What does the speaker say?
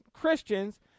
Christians